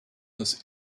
das